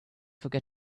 forget